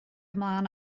ymlaen